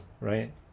right